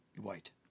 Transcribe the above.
White